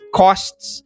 costs